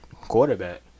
quarterback